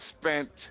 spent